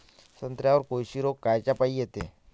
संत्र्यावर कोळशी रोग कायच्यापाई येते?